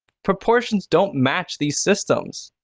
proportions don't match these systems.